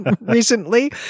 recently